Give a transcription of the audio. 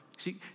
See